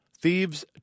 Thieves